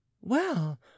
Well